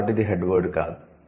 కాబట్టి ఇది 'head word' కాదు